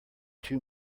too